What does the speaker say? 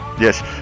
Yes